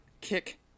kick